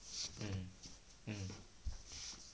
mm mmhmm